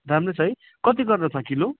राम्रो छ है कति गरेर छ किलो